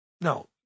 No